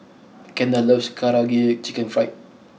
Kendal loves Karaage Chicken Fried